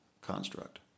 construct